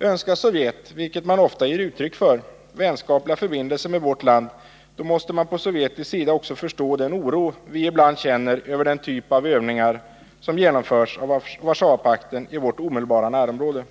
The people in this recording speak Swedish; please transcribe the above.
Önskar Sovjet — vilket man där ofta ger uttryck för — vänskapliga förbindelser med vårt land, måste man på sovjetisk sida också förstå den oro vi ibland känner över den typ av övningar som genomförs av Warszawapakten i vårt omedelbara närområde.